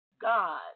God